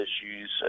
issues